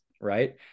right